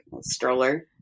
stroller